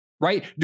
right